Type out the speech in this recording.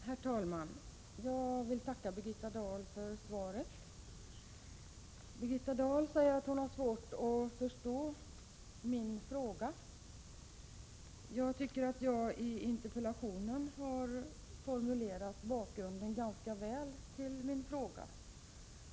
Herr talman! Jag vill tacka Birgitta Dahl för svaret på min interpellation. Birgitta Dahl säger att hon har svårt att förstå frågan. Jag tycker att jag i interpellationen ganska väl har formulerat bakgrunden till min fråga.